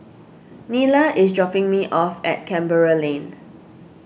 Nyla is dropping me off at Canberra Lane